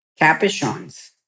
capuchons